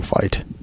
fight